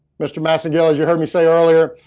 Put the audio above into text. mr. massingill as you heard me say earlier,